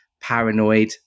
paranoid